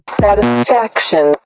satisfaction